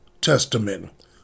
Testament